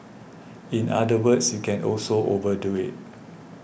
in other words you can also overdo it